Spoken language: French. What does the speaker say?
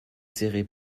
serait